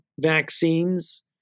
vaccines